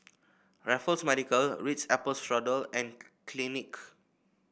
Raffles Medical Ritz Apple Strudel and Clinique